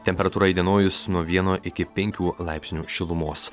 temperatūra įdienojus nuo vieno iki penkių laipsnių šilumos